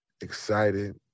excited